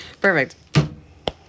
Perfect